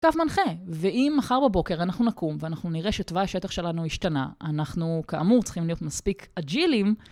תו מנחה, ואם מחר בבוקר אנחנו נקום ואנחנו נראה שתוואי השטח שלנו השתנה, אנחנו כאמור צריכים להיות מספיק אג'ילים.